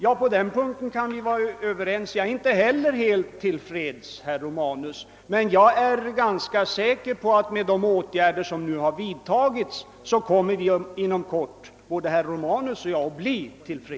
Jag är inte heller till freds, herr Romanus, med den annonsering som förekommit. Men jag är ganska säker på att med de åtgärder som nu har vidtagits kommer vi inom kort att bli till freds, både herr Romanus och jag.